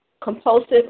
compulsive